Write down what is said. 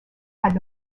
had